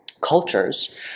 cultures